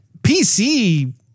PC